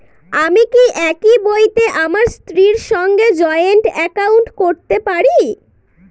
আমি কি একই বইতে আমার স্ত্রীর সঙ্গে জয়েন্ট একাউন্ট করতে পারি?